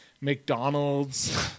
McDonald's